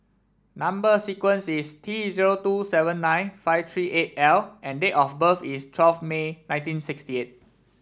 number sequence is T zero two seven nine five three eight L and date of birth is twelve May nineteen sixty eight